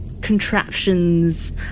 contraptions